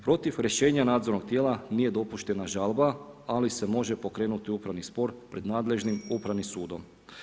Protiv rješenja nadzornog tijela nije dopuštena žalba, ali se može pokrenuti upravni spor pred nadležnim upravnim sudom.